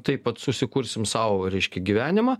taip vat susikursim sau reiškia gyvenimą